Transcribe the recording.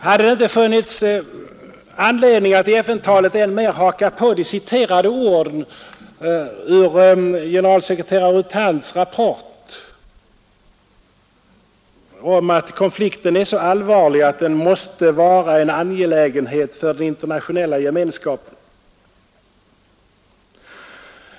Hade det inte funnits anledning att i FN-talet än mer haka på de citerade orden ur generalsekreterare U Thants rapport om att konflikten är så allvarlig att den måste vara en angelägenhet för den internationella gemenskapen.